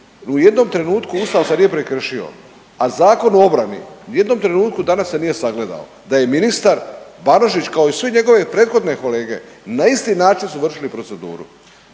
u jednom trenutku Ustav se nije prekršio, a Zakon o obrani ni u jednom trenutku danas se nije sagledao. Da je ministar Banožić kao i sve njegove prethodne kolege na isti način su došli u proceduru,